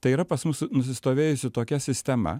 tai yra pas mus nusistovėjusi tokia sistema